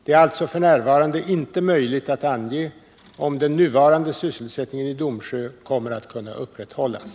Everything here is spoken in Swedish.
Det är alltså f. n. inte möjligt att ange om den nuvarande sysselsättningen i Domsjö kommer att kunna upprätthållas.